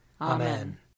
Amen